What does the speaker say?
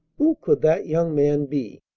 who could that young man be?